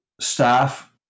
staff